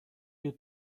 you